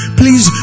please